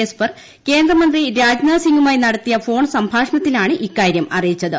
Esper കേന്ദ്രമന്ത്രി രാജ്നാഥ് സിംഗുമായി നടത്തിയ ഫോൺ സംഭാഷണത്തിലാണ് ഇക്കാര്യം അറിയിച്ചത്